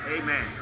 Amen